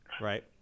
Right